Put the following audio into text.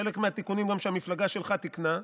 חלק מהתיקונים גם המפלגה שלך תיקנה,